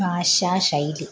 ഭാഷാശൈലി